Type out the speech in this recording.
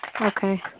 Okay